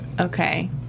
Okay